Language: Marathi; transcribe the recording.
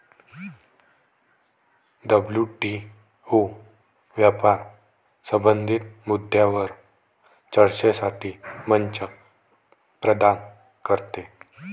डब्ल्यू.टी.ओ व्यापार संबंधित मुद्द्यांवर चर्चेसाठी मंच प्रदान करते